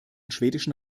schwedischen